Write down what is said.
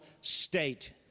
state